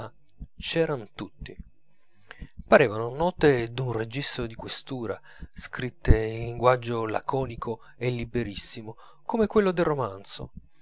c'eran tutti parevano note d'un registro di questura scritte in linguaggio laconico e liberissimo come quello del romanzo